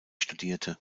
studierte